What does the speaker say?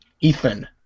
Ethan